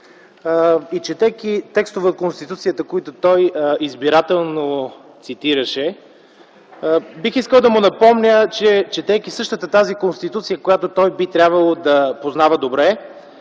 и четейки текстове от Конституцията, които той избирателно цитираше, бих искал да му напомня, че четейки същата тази Конституция, която той би трябвало да познава добре,